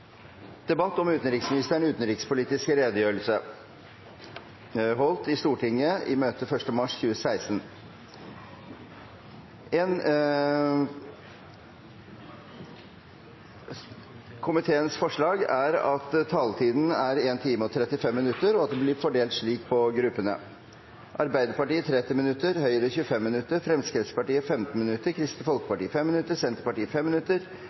at debatten blir begrenset til 1 time og 35 minutter, og at taletiden fordeles slik på gruppene: Arbeiderpartiet 30 minutter, Høyre 25 minutter, Fremskrittspartiet 15 minutter, Kristelig Folkeparti 5 minutter, Senterpartiet 5 minutter,